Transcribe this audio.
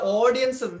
audience